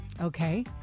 Okay